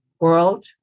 world